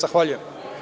Zahvaljujem.